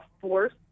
force